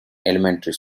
elementary